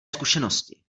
zkušenosti